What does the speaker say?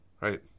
right